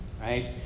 Right